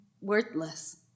worthless